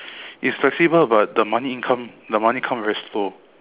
it's flexible but the money income the money come very slow